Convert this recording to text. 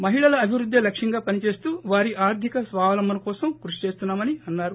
మహిళల అభివృద్దే లక్ష్యంగా పని చేస్తూ వారి ఆర్లిక స్వావలంబన కోసం కృషి చేస్తున్నామని అన్నారు